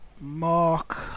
Mark